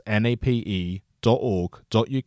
nape.org.uk